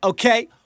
Okay